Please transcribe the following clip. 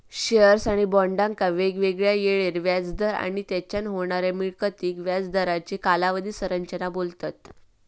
shares किंवा बॉन्डका वेगवेगळ्या येळेवर व्याज दर आणि तेच्यान होणाऱ्या मिळकतीक व्याज दरांची कालावधी संरचना बोलतत